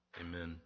Amen